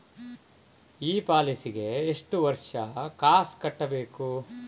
ಈ ಪಾಲಿಸಿಗೆ ಎಷ್ಟು ವರ್ಷ ಕಾಸ್ ಕಟ್ಟಬೇಕು?